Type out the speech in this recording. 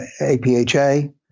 APHA